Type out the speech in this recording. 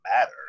matter